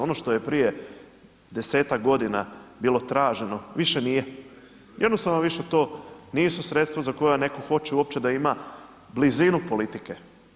Ono što je prije desetak godina bilo traženo više nije, jednostavno više to nisu sredstva za koja neko hoće uopće da ima blizinu politike.